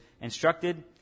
instructed